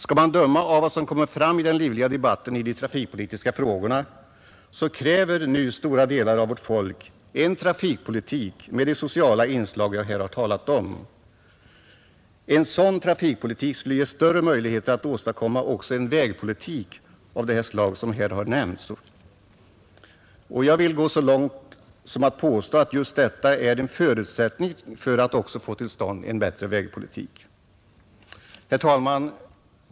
Skall man döma av vad som kommer fram i den livliga debatten i de trafikpolitiska frågorna, kräver nu stora delar av vårt folk en trafikpolitik med de sociala inslag som jag här har talat om. En sådan trafikpolitik skulle ge större möjligheter att åstadkomma också en vägpolitik av det slag som här har nämnts. Och jag vill gå så långt som att påstå att just detta är en förutsättning för att också få till stånd en bättre vägpolitik. Herr talman!